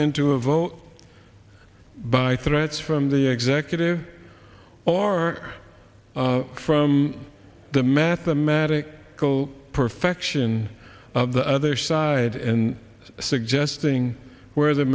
into a vote by threats from the executive or from the mathematic perfection of the other side and suggesting where the